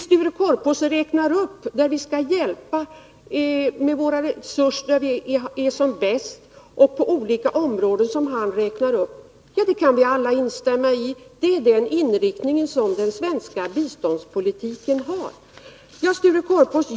Sture Korpås räknar upp områden där vi skall hjälpa till, där vi har de bästa resurserna, och det kan vi alla instämma i. Det är den inriktning som den svenska biståndspolitiken har. Sture Korpås!